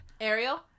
Ariel